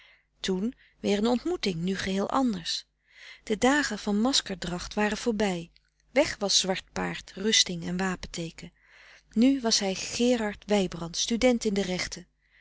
toen weer een ontmoeting nu geheel anders de dagen van masker dracht waren voorbij weg was zwart paard rusting en wapenteeken nu was hij gerard wijbrands student in de rechten